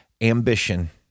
ambition